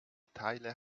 teile